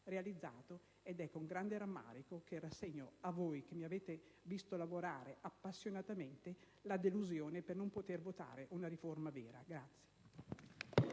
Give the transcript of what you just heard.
realizzato. È pertanto con grande rammarico che rassegno a voi, che mi avete visto lavorare appassionatamente, la delusione per non poter votare una vera riforma.